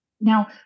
now